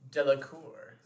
Delacour